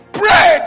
pray